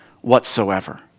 whatsoever